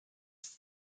ist